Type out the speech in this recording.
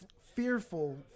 fearful